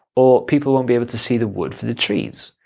or people won't be able to see the wood for the trees.